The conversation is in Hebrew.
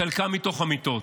חלקם מתוך המיטות,